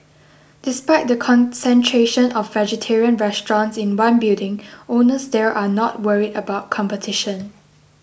despite the concentration of vegetarian restaurants in one building owners there are not worried about competition